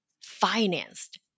financed